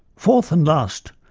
fourth and last,